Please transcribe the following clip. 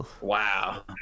wow